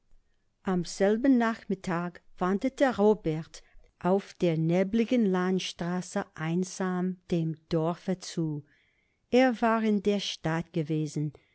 am selben nachmittag wanderte robert auf der nebligen landstraße einsam dem dorfe zu er war in der stadt gewesen